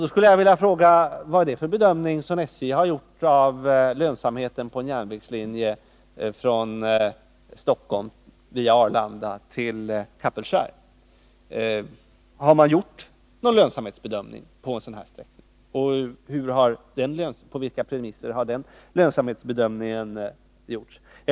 Jag skulle vilja fråga: Vad har SJ gjort för bedömning av lönsamheten på en järnvägslinje från Stockholm via Arlanda till Kapellskär, och på vilka premisser har i så fall den lönsamhetsbedömningen gjorts?